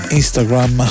instagram